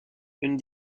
une